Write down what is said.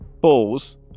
Balls